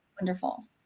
wonderful